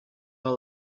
the